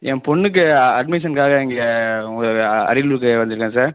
என் பொண்ணுக்கு அட்மிஷன்காக இங்கே உங்க அரியலூர்க்கு வந்துருக்கேன் சார்